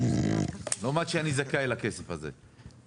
למרות שאני זכאי לכסף הזה.